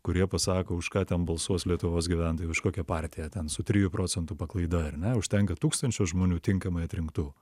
kurie pasako už ką ten balsuos lietuvos gyventojai už kokią partiją ten su trijų procentų paklaida ar ne užtenka tūkstančio žmonių tinkamai atrinktų